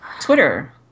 twitter